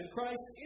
Christ